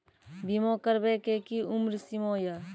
बीमा करबे के कि उम्र सीमा या?